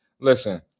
listen